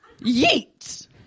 yeet